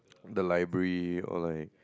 the library or like